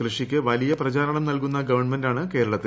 കൃഷിക്ക് വലിയ പ്രചാരണം നൽകുന്ന ഗവൺമെന്റാണ് കേരളത്തിൽ